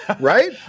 right